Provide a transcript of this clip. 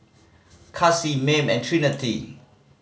Kaci Mayme and Trinity